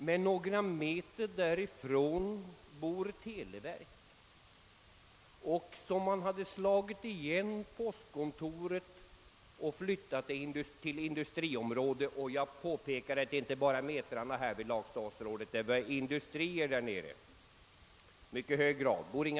Men några meter därifrån har televerket lokaler, och just som man slagit igen postkontoret och flyttat det till industriområdet kom en byggnadsfirma och satte i gång med tillbyggnad av televerkets lokaler. Jag påpekar att det härvidlag inte bara gäller metrarna.